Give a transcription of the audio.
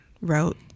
wrote